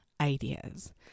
ideas